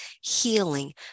healing